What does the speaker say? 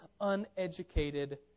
uneducated